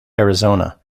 arizona